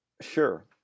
Sure